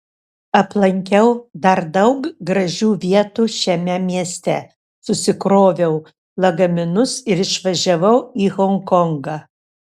aplankiau dar daug gražių vietų šiame mieste susikroviau lagaminus ir išvažiavau į honkongą